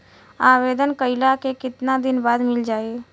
आवेदन कइला के कितना दिन बाद मिल जाई?